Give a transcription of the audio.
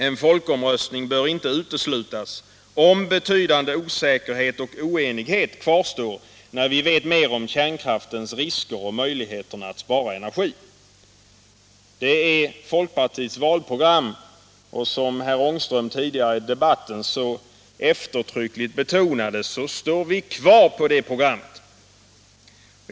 En folkomröstning bör inte uteslutas om betydande osäkerhet och oenighet kvarstår när vi vet mer om kärnkraftens risker och möjligheterna att spara energi.” Detta är folkpartiets program, och som herr Ångström tidigare i debatten så eftertryckligt betonat står vi kvar vid det programmet.